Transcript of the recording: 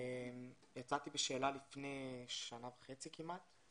יצאתי בשאלה לפני שנה וחצי כמעט.